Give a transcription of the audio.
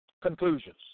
Conclusions